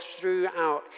throughout